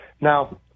Now